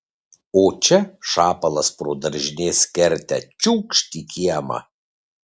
o čia šapalas pro daržinės kertę čiūkšt į kiemą